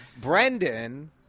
Brendan